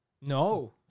No